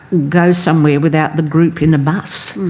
go somewhere without the group in a bus.